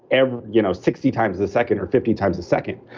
and you know sixty times a second or fifty times a second.